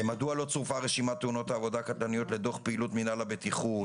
מדוע לא צורפה רשימת תאונות העבודה הקטלניות לדוח פעילות מינהל הבטיחות,